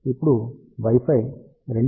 ఇప్పుడు wifi 2